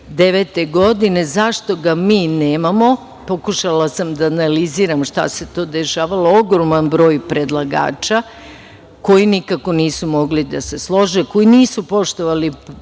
2009. godine i zašto ga mi nemamo? Pokušala sam da analiziram šta se to dešavalo, ogroman broj predlagača, koji nikako nisu mogli da se slože, koji nisu poštovali